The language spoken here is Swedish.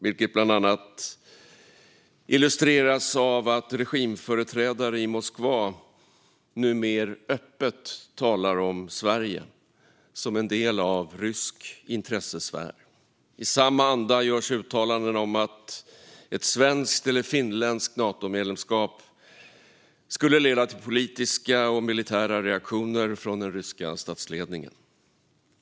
Det illustreras bland annat av att regimföreträdare i Moskva numera öppet talar om Sverige som en del av en rysk intressesfär. I samma anda görs uttalanden om att ett svenskt eller finländskt Natomedlemskap skulle leda till politiska och militära reaktioner från den ryska statsledningen.